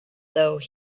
though